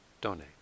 donate